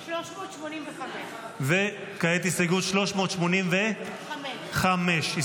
385. וכעת הסתייגות 385, הצבעה.